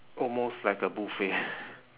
almost like a buffet